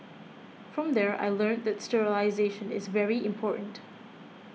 from there I learnt that sterilisation is very important